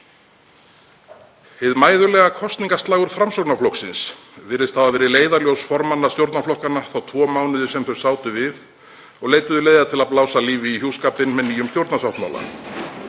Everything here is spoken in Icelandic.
Hið mæðulega kosningaslagorð Framsóknarflokksins virðist hafa verið leiðarljós formanna stjórnarflokkanna þá tvo mánuði sem þau sátu við og leituðu leiða til að blása lífi í hjúskapinn með nýjum stjórnarsáttmála.